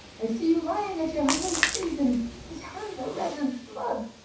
i see you lying at your husband's feet, and his hands are red with blood.